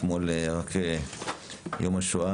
אתמול היה יום השואה